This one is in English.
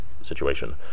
situation